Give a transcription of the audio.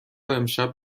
امشب